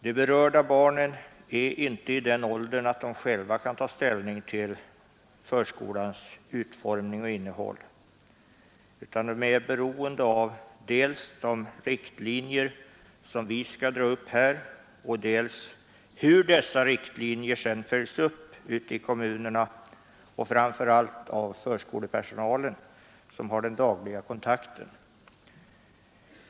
De berörda barnen är inte i den åldern att de själva kan ta ställning till förskolans utformning och innehåll, utan de är beroende av dels de riktlinjer som vi skall dra upp här, dels hur dessa riktlinjer sedan följs upp ute i kommunerna och framför allt av förskolepersonalen, som har den dagliga kontakten med dem.